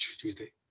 Tuesday